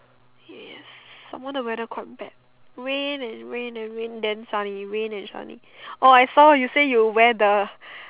yes some more the weather quite bad rain and rain and rain then sunny rain then sunny orh I saw you say you wear the